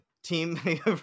team